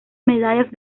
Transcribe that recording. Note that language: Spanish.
medallas